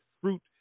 fruit